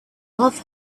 love